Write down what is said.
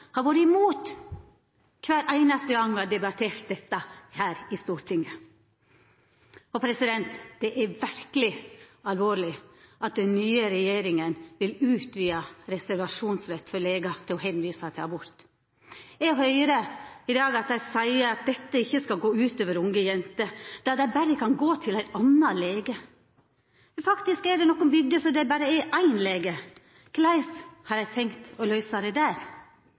har vore imot kvar einaste gong me har debattert dette her i Stortinget. Det er verkeleg alvorleg at den nye regjeringa vil utvida reservasjonsretten for legar til å visa til abort. Eg høyrer i dag at dei seier at dette ikkje skal gå ut over unge jenter, da dei berre kan gå til ein annan lege. Men faktisk er det nokre bygder der det er berre ein lege. Korleis har dei tenkt å løysa det der?